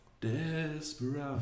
Desperate